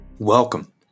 Welcome